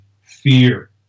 fear